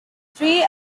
three